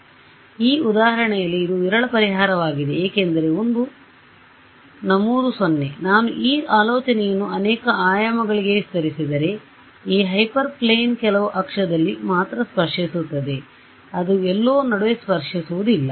ಆದ್ದರಿಂದ ಈ ಉದಾಹರಣೆಯಲ್ಲಿ ಇದು ವಿರಳ ಪರಿಹಾರವಾಗಿದೆ ಏಕೆಂದರೆ ಒಂದು ನಮೂದು 0 ನಾನು ಈ ಆಲೋಚನೆಯನ್ನು ಅನೇಕ ಆಯಾಮಗಳಿಗೆ ವಿಸ್ತರಿಸಿದರೆ ಈ ಹೈಪರ್ ಪ್ಲೇನ್ ಕೆಲವು ಅಕ್ಷದಲ್ಲಿ ಮಾತ್ರ ಸ್ಪರ್ಶಿಸುತ್ತದೆ ಅದು ಎಲ್ಲೋ ನಡುವೆ ಸ್ಪರ್ಶಿಸುವುದಿಲ್ಲ